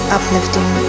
uplifting